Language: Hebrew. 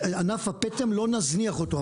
ענף הפטם לא נזניח אותו,